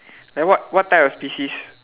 like what what type of species